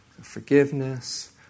Forgiveness